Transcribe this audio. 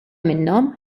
minnhom